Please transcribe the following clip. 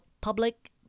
public